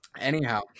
Anyhow